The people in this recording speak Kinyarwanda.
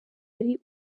ari